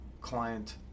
client